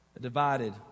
divided